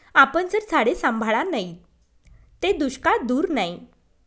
आपन जर झाडे सांभाळा नैत ते दुष्काळ दूर नै